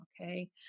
okay